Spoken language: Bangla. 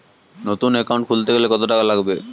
নতুন একাউন্ট খুলতে গেলে কত টাকা লাগবে?